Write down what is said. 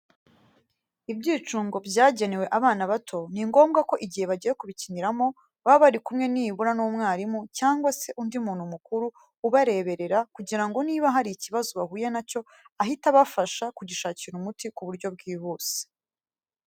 Ibyicungo byagenewe abana bato, ni ngombwa ko igihe bagiye kubikiniramo, baba bari kumwe nibura n'umwarimu cyangwa se undi muntu mukuru ubareberera kugira ngo niba hari ikibazo bahuye na cyo ahite abafasha kugishakira umuti ku buryo bwihuse.